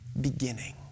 beginning